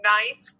nice